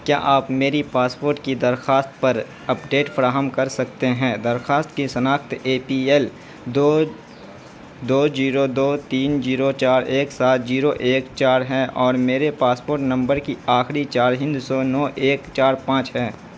کیا آپ میری پاسپورٹ کی درخواست پر اپڈیٹ فراہم کر سکتے ہیں درخواست کی شناخت اے پی ایل دو دو زیرو دو تین زیرو چار ایک سات زیرو ایک چار ہیں اور میرے پاسپورٹ نمبر کی آخری چار ہندسوں نو ایک چار پانچ ہیں